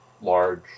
Large